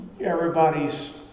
everybody's